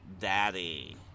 Daddy